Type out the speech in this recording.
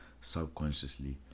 subconsciously